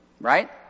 Right